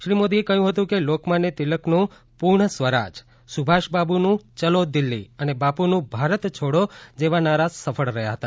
શ્રી મોદી એ કહ્યું હતું કે લોકમાન્ય તિલકનું પૂર્ણ સ્વરાજ સુભાષ બાબુનું ચલો દિલ્લી અને બાપુનું ભારત છોડો જેવા નારા સફળ રહ્યા હતા